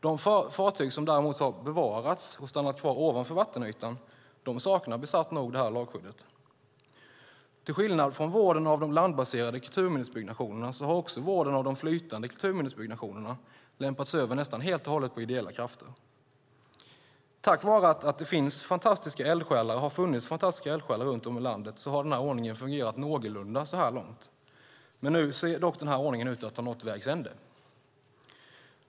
De fartyg som däremot har bevarats och stannat kvar ovanför vattenytan saknar bisarrt nog detta lagskydd. Till skillnad från vården av de landbaserade kulturminnesbyggnationerna har vården av de flytande kulturbyggnationerna nästan helt och hållet lämpats över på ideella krafter. Tack vare att det finns och har funnits fantastiska eldsjälar runt om i landet har denna ordning fungerat någorlunda så här långt. Nu ser dock denna ordning ut att ha nått vägs ände.